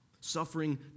Suffering